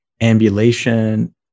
ambulation